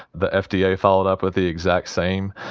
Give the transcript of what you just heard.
the fda yeah yeah followed up with the exact same.